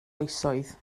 oesoedd